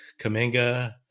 Kaminga